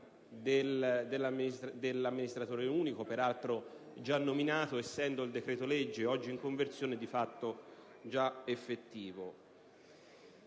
dell'amministratore unico, peraltro già nominato dal momento che il decreto-legge, oggi in conversione, è di fatto già effettivo.